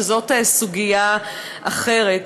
שזאת סוגיה אחרת,